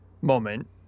moment